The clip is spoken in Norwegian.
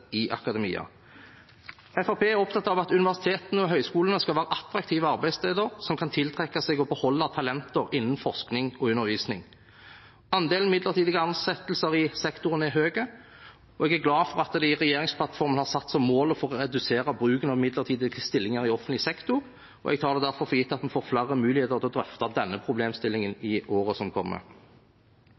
i akademia. Fremskrittspartiet er opptatt av at universitetene og høyskolene skal være attraktive arbeidssteder som kan tiltrekke seg og beholde talenter innen forskning og undervisning. Andelen midlertidige ansettelser i sektoren er høy, og jeg er glad for at en i regjeringsplattformen har satt som mål å redusere bruken av midlertidige stillinger i offentlig sektor. Jeg tar det derfor for gitt at en får flere muligheter til å drøfte denne problemstillingen i årene som kommer.